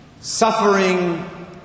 Suffering